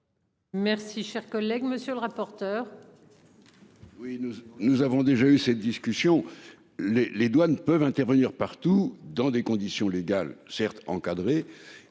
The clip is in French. Merci, chers collègues, monsieur le rapporteur.